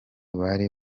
bari